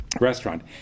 restaurant